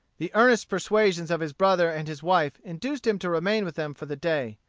the earnest persuasions of his brother and his wife induced him to remain with them for the day.